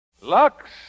Lux